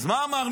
אז מה אמרנו?